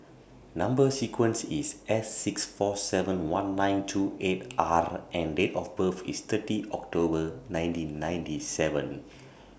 Number sequence IS S six four seven one nine two eight R and Date of birth IS thirty October nineteen ninety seven